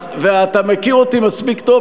אתה מכיר אותי מספיק טוב,